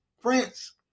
France